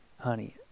honey